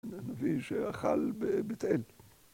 הנביא שאכל בבית אל